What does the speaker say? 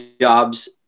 jobs